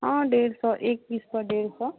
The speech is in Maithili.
हँ डेढ़ सए एक पीस पर डेढ़ सए